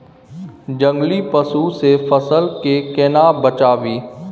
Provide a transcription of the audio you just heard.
जंगली पसु से फसल के केना बचावी?